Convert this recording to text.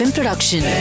Production